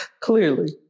Clearly